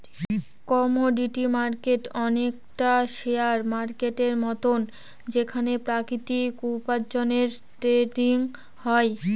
commodity market অনেকটা share মার্কেটের মতন যেখানে প্রাকৃতিক উপার্জনের ট্রেডিং হয়